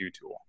tool